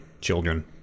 children